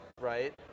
right